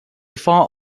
fought